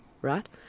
Right